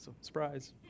surprise